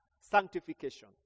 sanctification